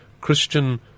christian